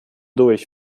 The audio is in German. durch